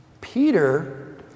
Peter